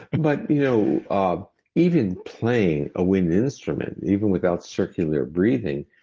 but you know um even playing a wind instrument, even without circular breathing,